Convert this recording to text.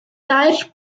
dair